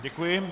Děkuji.